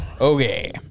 Okay